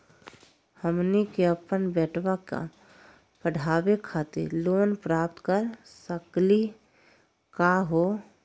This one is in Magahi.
हमनी के अपन बेटवा क पढावे खातिर लोन प्राप्त कर सकली का हो?